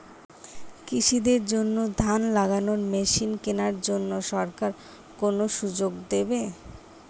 কৃষি দের জন্য ধান লাগানোর মেশিন কেনার জন্য সরকার কোন সুযোগ দেবে?